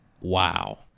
Wow